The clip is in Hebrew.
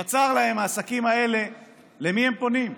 בצר להם, העסקים האלה, למי הם פונים?